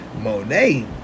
Monet